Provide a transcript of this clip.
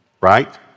right